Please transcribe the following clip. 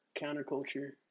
counterculture